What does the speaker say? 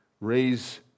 raise